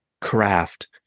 craft